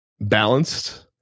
balanced